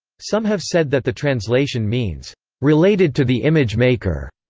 some have said that the translation means related to the image-maker,